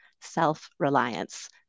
self-reliance